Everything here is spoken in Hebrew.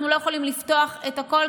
אנחנו לא יכולים לפתוח את הכול,